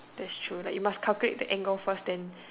that's true like you must calculate the angle first then